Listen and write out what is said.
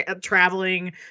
traveling